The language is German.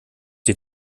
die